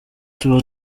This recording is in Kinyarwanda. tuba